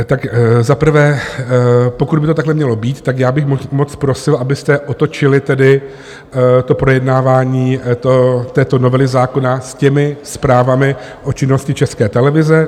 Tak za prvé, pokud by to takhle mělo být, tak já bych moc prosil, abyste otočili tedy to projednávání této novely zákona s těmi zprávami o činnosti České televize.